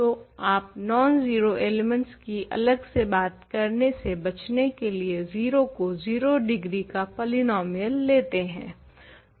तो आप non zero elements की अलग से बात करने से बचने के लिए 0 को 0 डिग्री का पॉलीनोमियल लेते हैं